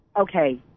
Okay